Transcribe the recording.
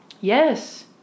Yes